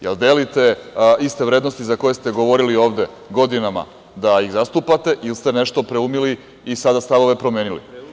Da li delite iste vrednosti za koje ste govorili ovde godinama da ih zastupate ili ste nešto preumili i sada stavove promenili?